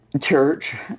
church